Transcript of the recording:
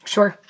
Sure